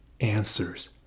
answers